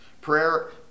Prayer